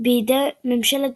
בידי ממשלת